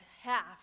half